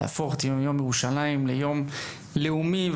להפוך את יום ירושלים ליום לאומי,